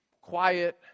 quiet